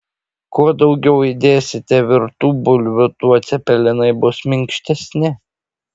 kuo daugiau įdėsite virtų bulvių tuo cepelinai bus minkštesni